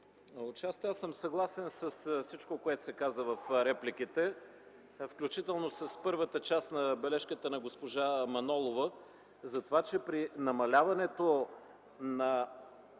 Отчасти съм съгласен с всичко, казано в репликите, включително в първата част в бележката на госпожа Манолова затова, че при намаляването на